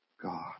God